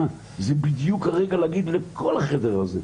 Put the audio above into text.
זה בדיוק הרגע להגיד לכל החדר הזה.